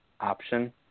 option